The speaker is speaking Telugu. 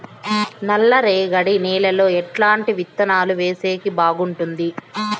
నల్లరేగడి నేలలో ఎట్లాంటి విత్తనాలు వేసేకి బాగుంటుంది?